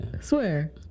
Swear